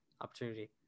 opportunity